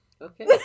Okay